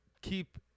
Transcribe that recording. keep